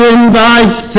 invite